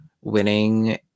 winning